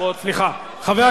סליחה,